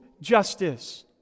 justice